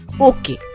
Okay